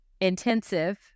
intensive